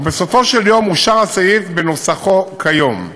ובסופו של יום אושר הסעיף בנוסחו כיום.